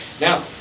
Now